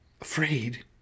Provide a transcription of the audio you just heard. Afraid